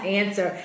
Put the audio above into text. answer